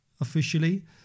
officially